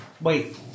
wait